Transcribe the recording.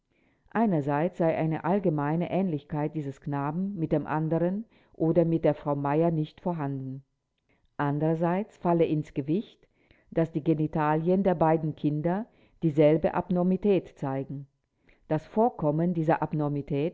einerseits sei eine allgemeine ähnlichkeit dieses knaben mit dem anderen oder mit der frau meyer nicht vorhanden andererseits falle ins gewicht daß die genitalien der beiden kinder dieselbe abnormität zeigen das vorkommen dieser